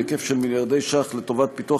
בהיקף של מיליארדי ש"ח לטובת פיתוח